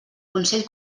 consell